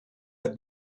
had